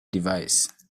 device